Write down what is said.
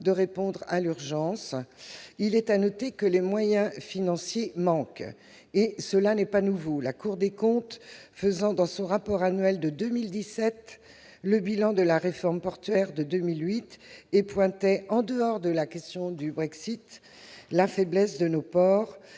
de répondre à l'urgence, il faut noter que les moyens financiers manquent. Cela n'est pas nouveau : la Cour des comptes, faisant dans son rapport annuel de 2017 le bilan de la réforme portuaire de 2008, pointait, en dehors de la question du Brexit, la faiblesse de nos ports,